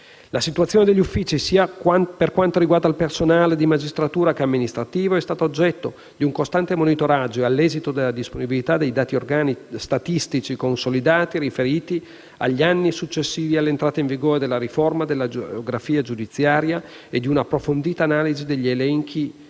La situazione degli uffici, sia quanto al personale di magistratura che amministrativo, è stata oggetto di un costante monitoraggio e, all'esito della disponibilità dei dati statistici consolidati riferiti agli anni successivi all'entrata in vigore della riforma della geografia giudiziaria e di una approfondita analisi degli elementi